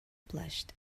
blushed